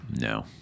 No